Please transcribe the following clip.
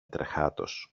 τρεχάτος